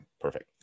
perfect